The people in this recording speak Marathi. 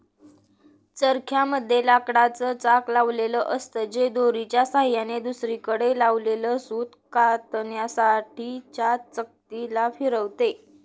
चरख्या मध्ये लाकडाच चाक लावलेल असत, जे दोरीच्या सहाय्याने दुसरीकडे लावलेल सूत कातण्यासाठी च्या चकती ला फिरवते